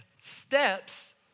steps